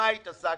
במה התעסקתם?